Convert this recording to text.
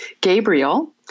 Gabriel